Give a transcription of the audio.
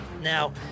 Now